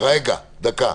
שנייה, שנייה.